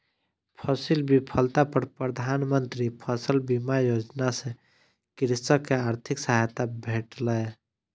फसील विफलता पर प्रधान मंत्री फसल बीमा योजना सॅ कृषक के आर्थिक सहायता भेटलै